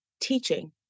teaching